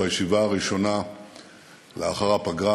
בישיבה הראשונה לאחר הפגרה,